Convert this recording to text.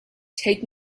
take